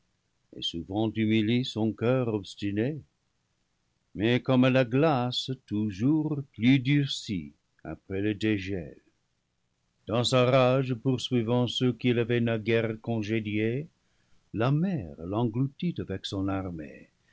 souvent humilie son coeur obstiné mais comme la glace toujours plus durcie après le dégel dans sa rage poursuivant ceux qu'il avait naguère con gédiés la mer l'engloutit avec son armée